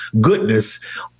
goodness